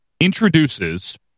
introduces